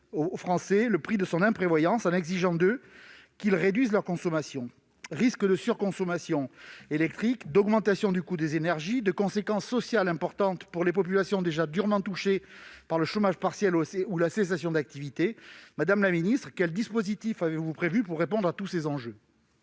aux Français le prix de son imprévoyance en exigeant d'eux qu'ils réduisent leur consommation. Risque de surconsommation électrique, d'augmentation du coût des énergies, de conséquences sociales importantes pour les populations déjà durement touchées par le chômage partiel ou la cessation d'activité : quels dispositifs avez-vous prévus pour répondre à tous ces enjeux ?